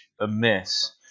amiss